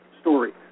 story